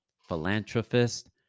philanthropist